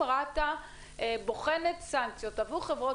האם רת"א בוחנת סנקציות עבור חברות